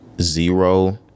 Zero